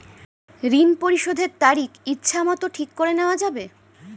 ঋণ পরিশোধের তারিখ ইচ্ছামত ঠিক করে নেওয়া যাবে?